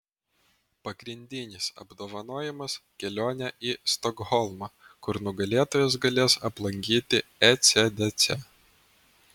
pagrindinis apdovanojimas kelionė į stokholmą kur nugalėtojas galės aplankyti ecdc